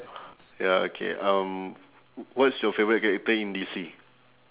ya okay um what's your favourite character in D_C